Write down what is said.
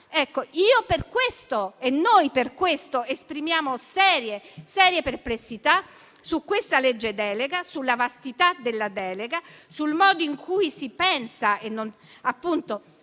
Per questo noi esprimiamo serie perplessità su questa legge delega, sulla vastità della delega, sul modo in cui si pensa di